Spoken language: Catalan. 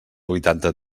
vuitanta